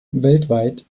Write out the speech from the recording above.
weltweit